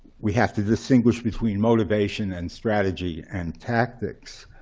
we have to distinguish between motivation and strategy and tactics.